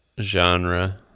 genre